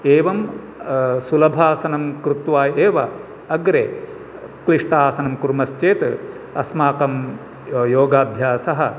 एवं सुलभासनं कृत्वा एव अग्रे क्लिष्टासनं कुर्मश्चेत् अस्माकं योगाभ्यासः